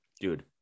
dude